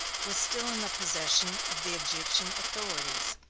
was still in the possession of the egyptian authorities,